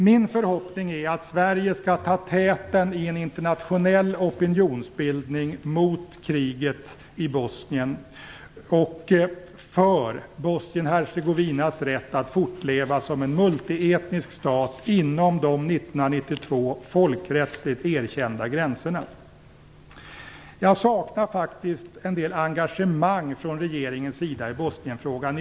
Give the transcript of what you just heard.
Min förhoppning är att Sverige skall ta täten i en internationell opinionsbildning mot kriget i Bosnien och för Bosnien-Hercegovinas rätt att fortleva som en multietnisk stat inom de från 1992 folkrättsligt erkända gränserna. Jag saknar engagemang från regeringens sida i Bosnienfrågan.